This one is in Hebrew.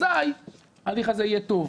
אזי ההליך הזה יהיה טוב.